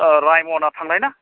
रायम'ना थांनायना